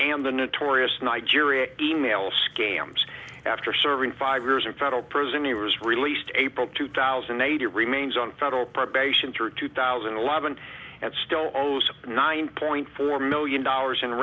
and the notorious nigeria e mail scams after serving five years in federal prison he was released april two thousand and eight or remains on federal probation through two thousand and eleven and still owes nine point four million dollars in